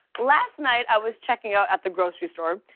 last night, i was checking out at the grocery store,